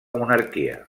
monarquia